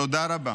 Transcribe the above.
תודה רבה.